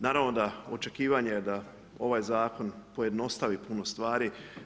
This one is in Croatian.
Naravno da očekivanje je da ovaj Zakon pojednostavi puno stvari.